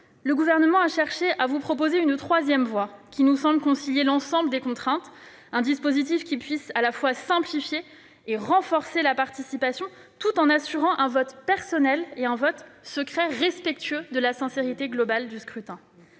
le Gouvernement a cherché à proposer une troisième voie qui concilie l'ensemble des contraintes, grâce à un dispositif qui simplifie et renforce la participation tout en assurant un vote personnel et secret, respectueux de la sincérité globale du scrutin.